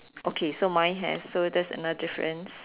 okay so mine have so that's another difference